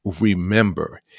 remember